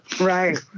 right